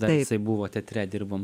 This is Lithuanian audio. dar jisai buvo teatre dirbom